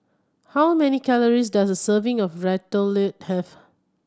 how many calories does a serving of Ratatouille have